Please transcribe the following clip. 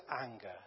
anger